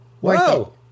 whoa